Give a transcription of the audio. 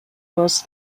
was